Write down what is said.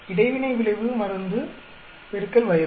இடைவினை விளைவு மருந்து X வயது